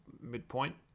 midpoint